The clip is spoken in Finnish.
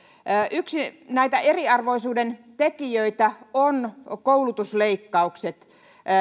yksi näitä eriarvoisuuden tekijöitä ovat koulutusleikkaukset